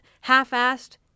half-assed